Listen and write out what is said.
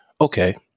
okay